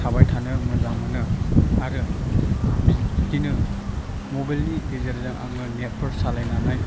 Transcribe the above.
थाबाइ थानो मोजां मोनो आरो बादिनो मबिलनि गेजेरजों आङो नेटफोर सालाइनानै